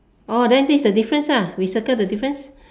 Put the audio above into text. orh then this is the difference lah we circle the difference